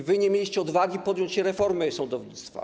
Wy nie mieliście odwagi podjąć się reformy sądownictwa.